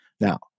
Now